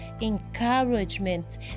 encouragement